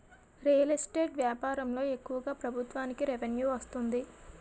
real estate వ్యాపారంలో ఎక్కువగా ప్రభుత్వానికి రెవెన్యూ వస్తుంది